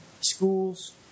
schools